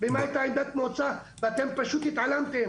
ומה הייתה עמדת המועצה ואתם פשוט התעלמת,